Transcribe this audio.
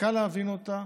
שקל להבין אותה